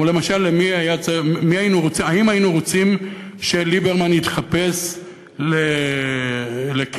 למשל, האם היינו רוצים שליברמן יתחפש לקרי?